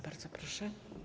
Bardzo proszę.